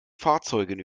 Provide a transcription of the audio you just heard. fahrzeugen